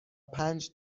پنج